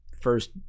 first